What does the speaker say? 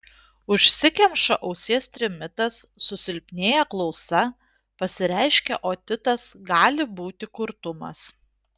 užsikemša ausies trimitas susilpnėja klausa pasireiškia otitas gali būti kurtumas